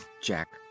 Jack